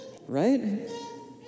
Right